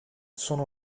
sono